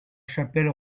chapelle